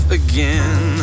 again